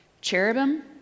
cherubim